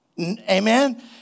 amen